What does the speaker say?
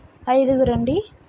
ఐదుగురు అండి